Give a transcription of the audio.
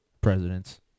presidents